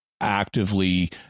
actively